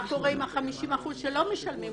מה קורה עם ה-50% שלא משלמים?